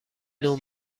نوع